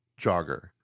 jogger